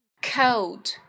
Cold